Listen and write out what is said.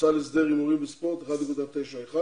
המועצה להסדר הימורים וספורט, 1.91%,